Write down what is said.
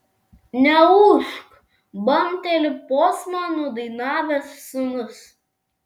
neūžk bambteli posmą nudainavęs sūnus